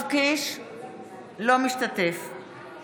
אינו משתתף בהצבעה